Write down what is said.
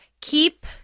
keep